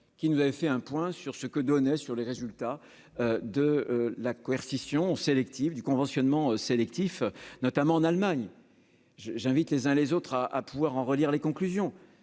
qui nous avait fait un point sur ce que donnait sur les résultats de la coercition sélective du conventionnement sélectif, notamment en Allemagne, je j'invite les uns les autres à à pouvoir en relire les conclusions